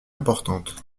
importantes